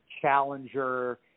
challenger